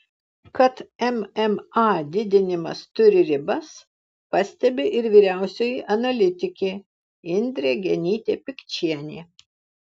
kad mma didinimas turi ribas pastebi ir vyriausioji analitikė indrė genytė pikčienė